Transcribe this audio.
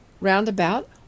roundabout